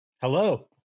Hello